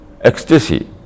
ecstasy